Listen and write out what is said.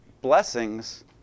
blessings